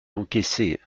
encaissée